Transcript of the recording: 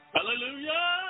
Hallelujah